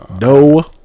No